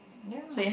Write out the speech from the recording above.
ya